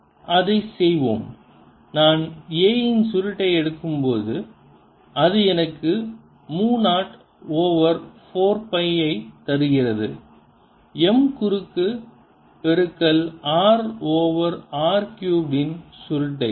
rr mr3 எனவே அதைச் செய்வோம் நான் A இன் சுருட்டை எடுக்கும்போது அது எனக்கு மு 0 ஓவர் 4 பை ஐ தருகிறது m குறுக்கு பெருக்கல் r ஓவர் r கியூப் இன் சுருட்டை